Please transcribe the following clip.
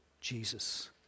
Jesus